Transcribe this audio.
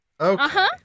Okay